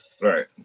Right